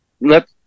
let